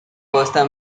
costa